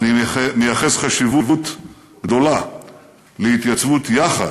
אני מייחס חשיבות גדולה להתייצבות יחד